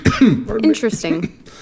interesting